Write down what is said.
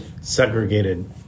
segregated